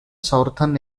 southern